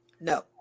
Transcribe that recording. No